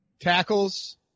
tackles